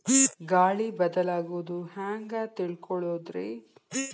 ಗಾಳಿ ಬದಲಾಗೊದು ಹ್ಯಾಂಗ್ ತಿಳ್ಕೋಳೊದ್ರೇ?